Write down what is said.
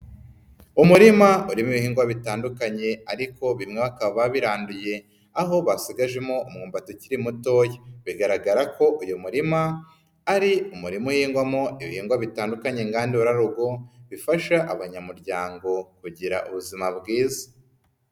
Umurima urimo ibihingwa bitandukanye ariko bimwe bakaba biranduye, aho basigajemo umwumbati ukiri mutoya, bigaragara ko uyu murima, ari umurimo uhingwamo ibihingwa bitandukanye ngandura rugo, bifasha abanyamuryango kugira ubuzima bwiza.